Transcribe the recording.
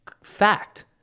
fact